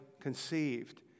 conceived